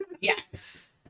Yes